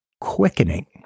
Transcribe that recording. quickening